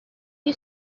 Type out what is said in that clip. you